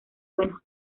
buenos